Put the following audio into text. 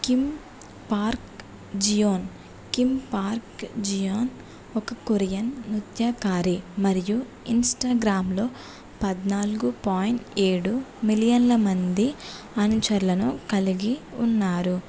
Kim Park Jeon Kim Park Jeon ఒక Korean నృత్యకారి మరియు ఇన్స్టాగ్రామ్లో పద్నాలుగు పాయింట్ ఏడు మిలియన్ల మంది అనుచరులను కలిగి ఉన్నారు